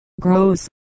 grows